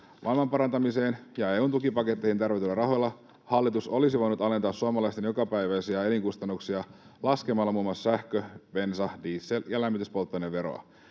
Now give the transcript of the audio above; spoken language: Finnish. Maailmanparantamiseen ja EU:n tukipaketteihin tarjotuilla rahoilla hallitus olisi voinut alentaa suomalaisten jokapäiväisiä elinkustannuksia laskemalla muun muassa sähkö-, bensa-, diesel- ja lämmityspolttoaineveroa.